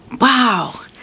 Wow